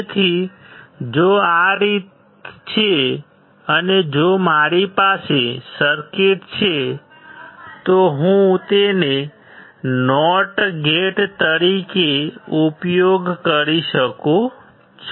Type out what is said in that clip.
તેથી જો આ રીતે છે અને જો મારી પાસે સર્કિટ છે તો હું તેને નોટ ગેટ તરીકે ઉપયોગ કરી શકું છું